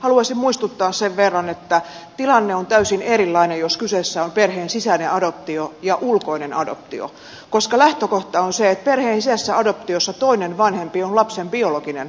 haluaisin muistuttaa sen verran että tilanne on täysin erilainen jos kyseessä on perheen sisäinen adoptio eikä ulkoinen adoptio koska lähtökohta on se että perheen sisäisessä adoptiossa toinen vanhempi on lapsen biologinen vanhempi